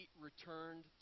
returned